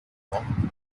enorme